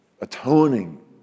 atoning